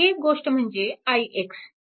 आणखी एक गोष्ट म्हणजे ix